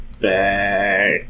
back